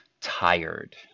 tired